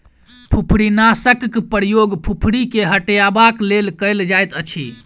फुफरीनाशकक प्रयोग फुफरी के हटयबाक लेल कयल जाइतअछि